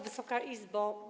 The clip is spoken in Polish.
Wysoka Izbo!